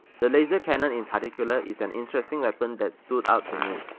the laser cannon in particular is an interesting weapon that stood out to me.